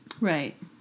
Right